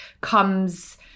comes